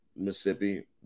Mississippi